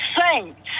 saints